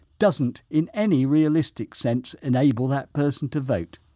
doesn't in any realistic sense enable that person to vote.